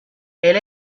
elle